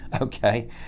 okay